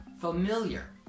familiar